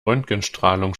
röntgenstrahlung